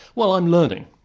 well i'm learning.